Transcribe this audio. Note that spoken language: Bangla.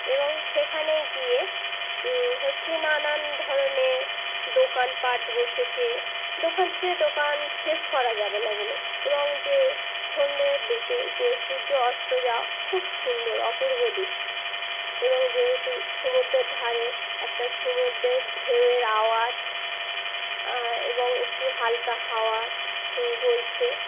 এবং সেখানে গিয়ে হচ্ছে নানান ধরনের দোকানপাট বসেছে দোকান সে দোকান শেষ করা যাবে না এইগুলো এবং যে সন্ধ্যের দিকে যে সূর্য অস্ত যাওয়া খুব সুন্দর অপূর্ব দৃশ্য এবং যেহেতু সমুদ্রের ধারে একটা সমুদ্রের ঢেউয়ের আওয়াজ এবং একটু হালকা হাওয়া বইছে